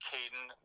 Caden